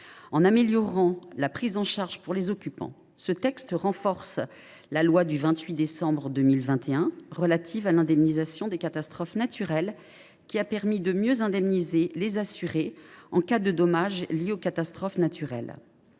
qui améliore la prise en charge au profit des occupants, renforce la loi du 28 décembre 2021 relative à l’indemnisation des catastrophes naturelles, laquelle a déjà permis de mieux indemniser les assurés en cas de dommages liés aux catastrophes naturelles.